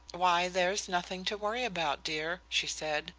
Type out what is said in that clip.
why, there's nothing to worry about, dear, she said.